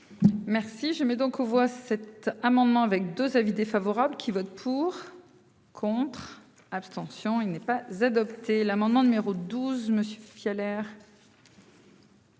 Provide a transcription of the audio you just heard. Merci je mets donc aux voix cet amendement avec 2 avis défavorables qui vote pour, contre, abstention il n'est pas z'adopté l'amendement numéro 12 me